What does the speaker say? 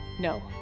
No